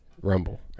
Rumble